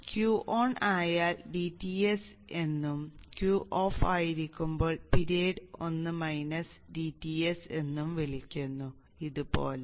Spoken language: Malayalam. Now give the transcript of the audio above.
Q ഓൺ ആയാൽ dTs എന്നും Q ഓഫ് ആയിരിക്കുമ്പോൾ പിരീഡ് 1 മൈനസ് dTs എന്നും വിളിക്കുന്നു ഇതുപോലെ